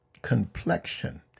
complexion